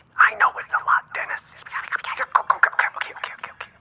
i know it's a lot, dennis kind of ok. ok. ok